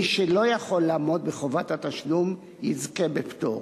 מי שלא יכול לעמוד בחובת התשלום יזכה בפטור.